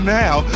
now